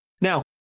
Now